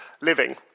living